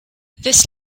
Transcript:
this